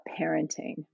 parenting